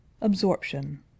Absorption